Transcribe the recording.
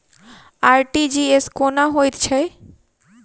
RTGS कोना होइत छै?